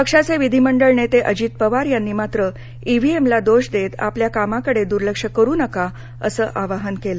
पक्षाचे विधीमंडळ नेते अजित पवार यांनी मात्र ईव्हीएमला दोष देत आपल्या कामाकडे दूर्लक्ष करु नका असं आवाहन केलं